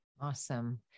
Awesome